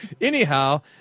Anyhow